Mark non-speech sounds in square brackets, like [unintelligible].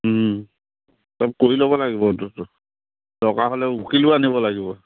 চব কৰি ল'ব লাগিবটো [unintelligible] দৰকাৰ হ'লে উকিলো আনিব লাগিব